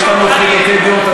יש לנו חילוקי דעות,